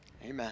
Amen